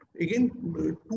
again